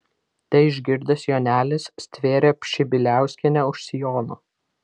tai išgirdęs jonelis stvėrė pšibiliauskienę už sijono